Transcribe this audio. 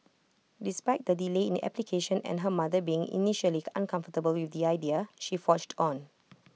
despite the delay in application and her mother being initially uncomfortable with the idea she forged on